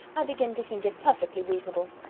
i begin to think it perfectly reasonable.